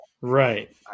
Right